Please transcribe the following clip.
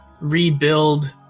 rebuild